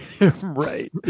right